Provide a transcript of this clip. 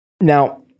Now